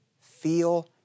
feel